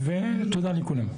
תודה לכולם.